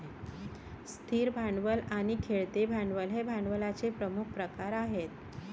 स्थिर भांडवल आणि खेळते भांडवल हे भांडवलाचे प्रमुख प्रकार आहेत